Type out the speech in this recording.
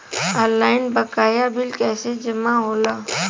Online बकाया bill कैसे जमा होला?